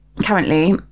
currently